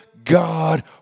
God